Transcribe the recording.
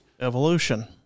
Evolution